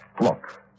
Look